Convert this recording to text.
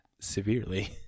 severely